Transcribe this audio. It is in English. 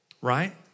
right